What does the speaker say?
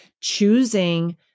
choosing